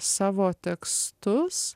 savo tekstus